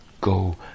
go